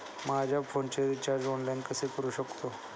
माझ्या फोनचे recharge online कसे करू शकतो?